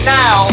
now